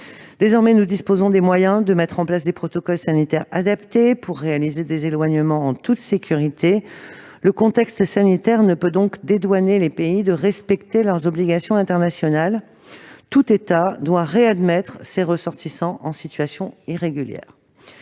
Désormais, nous disposons des moyens de mettre en place des protocoles sanitaires adaptés pour réaliser des éloignements en toute sécurité. Le contexte sanitaire ne peut pas dédouaner les pays de respecter leurs obligations internationales : tout État doit réadmettre ses ressortissants en situation irrégulière.